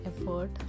effort